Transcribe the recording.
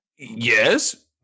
yes